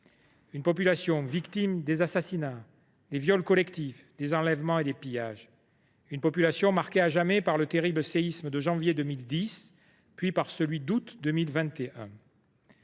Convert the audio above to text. une population victime d’assassinats, de viols collectifs, d’enlèvements et de pillage ; une population marquée à jamais par les terribles séismes de janvier 2010 et d’août 2021.